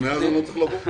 מאז אני לא צריך לבוא.